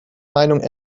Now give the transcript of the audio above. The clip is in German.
meinung